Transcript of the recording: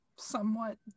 Somewhat